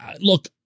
Look